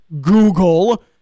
Google